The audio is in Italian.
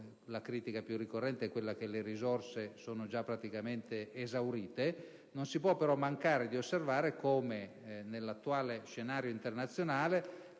(la critica più ricorrente è quella secondo la quale le risorse sono già praticamente esaurite), non si può però mancare di osservare come nell'attuale scenario internazionale,